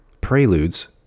Preludes